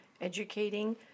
educating